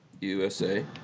USA